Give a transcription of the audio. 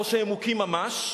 או שהם מוכים ממש,